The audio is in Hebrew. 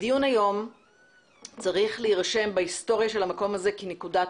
הדיון היום צריך להירשם בהיסטוריה של המקום הזה כנקודת